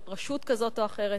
של רשות כזאת או אחרת,